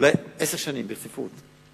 שאולי עשר שנים ברציפות,